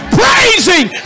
praising